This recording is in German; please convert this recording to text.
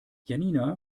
janina